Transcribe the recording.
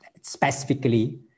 specifically